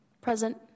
Present